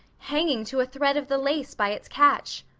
hanging to a thread of the lace by its catch!